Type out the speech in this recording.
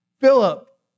Philip